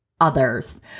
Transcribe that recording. others